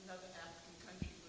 african countries